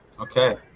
okay